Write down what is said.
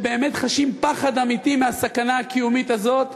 שבאמת חשים פחד אמיתי מהסכנה הקיומית הזאת,